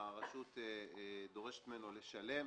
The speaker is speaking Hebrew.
שהרשות דורשת ממנו לשלם.